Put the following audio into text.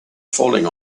falling